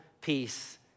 peace